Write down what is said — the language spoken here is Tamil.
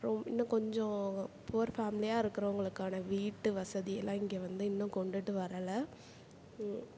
ரொம் இன்னும் கொஞ்சம் புவர் ஃபேமிலியாக இருக்கிறவங்களுக்கான வீட்டு வசதி எல்லாம் இங்கே வந்து இன்னும் கொண்டுகிட்டு வரலை